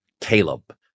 Caleb